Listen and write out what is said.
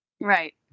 Right